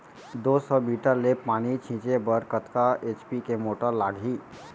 दो सौ मीटर ले पानी छिंचे बर कतका एच.पी के मोटर लागही?